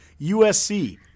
usc